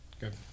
Good